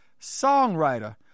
songwriter